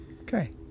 Okay